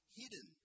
hidden